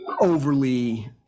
overly